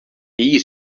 její